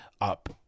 up